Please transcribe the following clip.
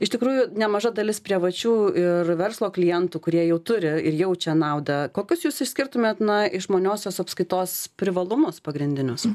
iš tikrųjų nemaža dalis prievačių ir verslo klientų kurie jau turi ir jaučia naudą kokius jūs išskirtumėt na išmaniosios apskaitos privalumus pagrindinius